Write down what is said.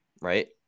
Right